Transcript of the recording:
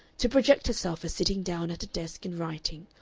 to project herself as sitting down at a desk and writing,